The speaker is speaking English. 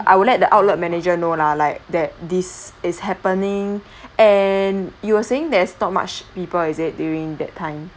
I will let the outlet manager know lah like that this is happening and you were saying there's not much people is it during that time